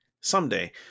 someday